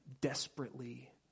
desperately